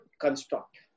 construct